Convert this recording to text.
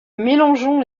mélangeant